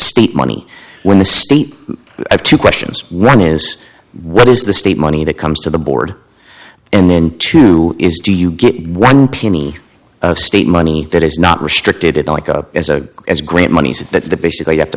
state money when the state have two questions one is what is the state money that comes to the board and then two is do you get one penny of state money that is not restricted like up as a as grant monies that the basically you have to